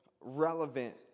relevant